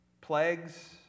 plagues